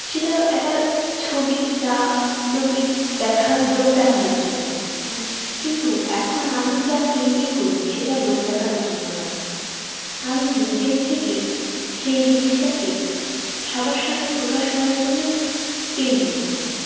সেটা একটা ছবি যা লোকে দেখা লোক দেখানোর জন্য কিন্তু এখন আমি যা পেইন্টিং করি সেটা লোক দেখানোর জন্য নয় আমি নিজের থেকেই সেই জিনিসটাকে সবার সামনে প্রকাশ করার জন্যই পেইন্টিং করি